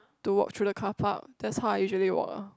to walk through the car park that's how I usually walk ah